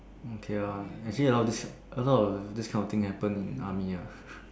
okay ah actually a lot of this a lot of this kind of thing happen in army ah